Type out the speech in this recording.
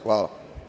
Hvala.